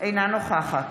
אינה נוכחת